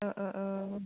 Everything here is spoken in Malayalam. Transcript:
ആ ആ ആ